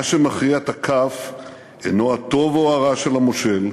מה שמכריע את הכף אינו הטוב או הרע של המושל,